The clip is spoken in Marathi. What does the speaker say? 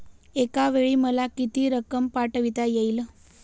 एकावेळी मला किती रक्कम पाठविता येईल?